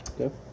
Okay